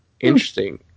interesting